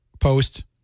post